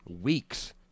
weeks